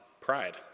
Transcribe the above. pride